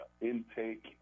intake